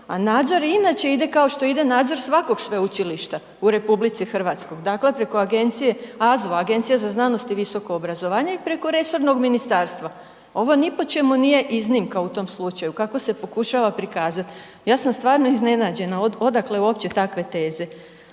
a nadzor i inače kao što ide nadzor svakog sveučilišta u RH, dakle preko agencije AZVO, Agencije za znanost i visoko obrazovanje i preko resornog ministarstva. Ovo ni po čemu nije iznimka u tom slučaju kako se pokušava prikazati. Ja sam stvarno iznenađena odakle uopće takve teze.